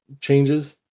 changes